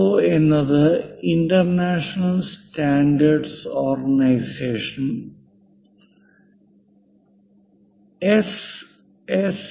O എന്നത് international standards S S